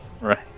right